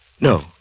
No